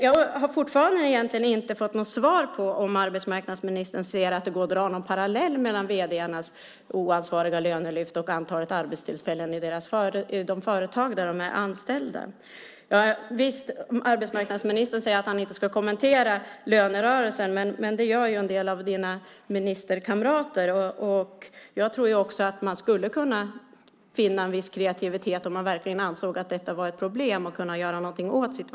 Jag har fortfarande inte fått något svar på om arbetsmarknadsministern ser att det går att dra någon parallell mellan vd:arnas oansvariga lönelyft och antalet arbetstillfällen i de företag där de är anställda. Arbetsmarknadsministern säger att han inte ska kommentera lönerörelsen, men det gör ju en del av hans ministerkamrater. Jag tror att man skulle kunna finna en viss kreativitet och göra något åt situationen om man verkligen ansåg att detta var ett problem.